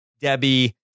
Debbie